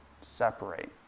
separate